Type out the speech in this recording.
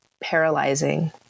paralyzing